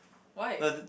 why